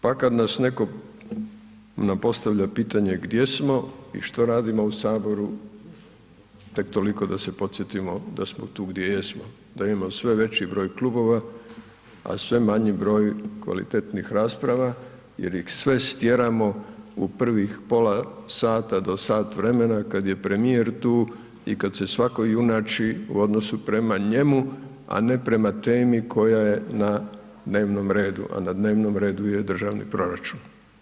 Pa kad nam netko postavlja pitanje gdje smo i što radimo u Saboru, tek toliko da se podsjetimo da smo tu gdje jesmo, da imamo sve veći broj klubova a sve manji broj kvalitetnih rasprava jer ih sve stjeramo u prvih pola sata do sat vremena kad je premijer tu i kad se svatko junači u odnosu prema njemu a ne prema temi koja je na dnevnom redu, a na dnevnom redu je državni proračun.